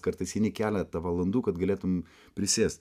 kartais eini keletą valandų kad galėtum prisėst